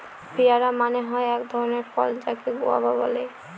পেয়ারা মানে হয় এক ধরণের ফল যাকে গুয়াভা বলে